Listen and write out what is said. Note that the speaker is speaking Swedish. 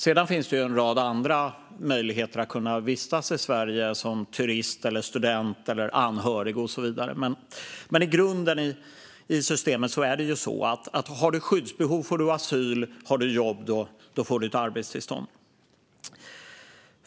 Sedan finns det en rad andra möjligheter att vistas i Sverige som turist, student, anhörig och så vidare, men grunden i systemet är sådan att om man har skyddsbehov får man asyl och om man har jobb får man ett arbetstillstånd.